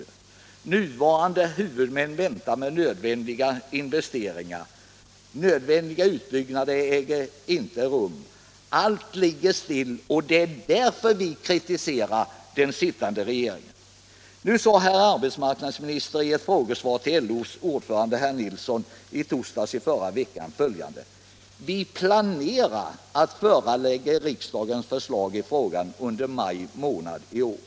De nuvarande huvudmännen väntar med att göra nödvändiga investeringar och utbyggnader, och allt ligger stilla. Det är därför vi kritiserar den sittande regeringen! Förra torsdagen sade arbetsmarknadsministern följande i ett frågesvar till LO:s ordförande Gunnar Nilsson: Vi planerar att förelägga riksdagen förslag i frågan under maj månad i år.